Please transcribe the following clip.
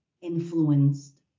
Influenced